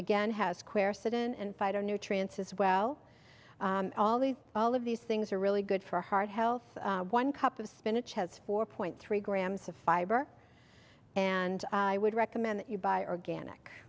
again has square citizen and fido nutrients as well all these all of these things are really good for heart health one cup of spinach has four point three grams of fiber and i would recommend that you buy organic